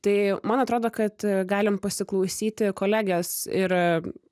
tai man atrodo kad galim pasiklausyti kolegės ir